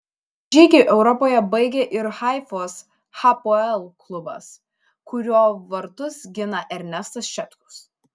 žygį europoje baigė ir haifos hapoel klubas kurio vartus gina ernestas šetkus